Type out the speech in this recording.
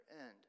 end